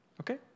okay